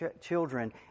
children